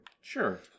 Sure